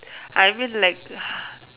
I mean like